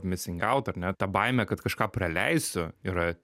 missing out ar ne ta baimė kad kažką praleisiu yra